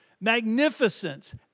magnificence